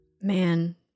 Man